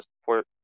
support